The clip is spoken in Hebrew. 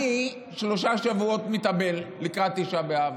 אני שלושה שבועות מתאבל לקראת תשעה באב,